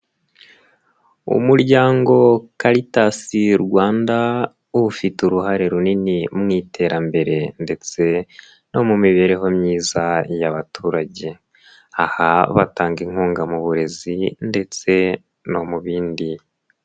Umuryango Karitasi Rwanda ufite uruhare runini mu iterambere ndetse, no mu mibereho myiza y'abaturage. Aha batanga inkunga mu burezi ndetse no mu bindi.